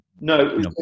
no